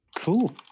Cool